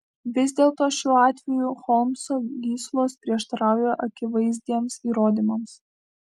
vis dėlto šiuo atveju holmso gyslos prieštarauja akivaizdiems įrodymams